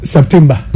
September